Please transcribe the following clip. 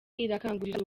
irakangurira